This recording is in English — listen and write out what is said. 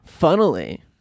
Funnily